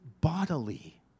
bodily